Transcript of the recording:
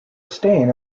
stain